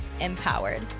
empowered